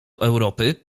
europy